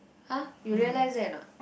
!huh! you realise that or not